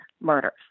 murders